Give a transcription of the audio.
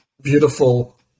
Beautiful